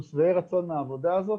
אנחנו שבעי רצון מהעבודה הזו.